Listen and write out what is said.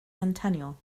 centennial